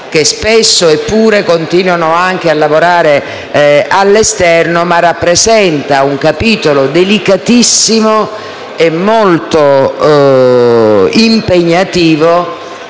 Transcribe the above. che spesso continuano anche a lavorare all'esterno, ma rappresenta anche un capitolo delicatissimo e molto impegnativo